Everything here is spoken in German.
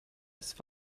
ist